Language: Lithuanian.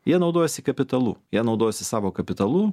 jie naudojasi kapitalu jie naudojasi savo kapitalu